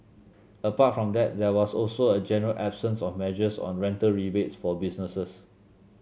apart from that there was also a general absence of measures on rental rebates for businesses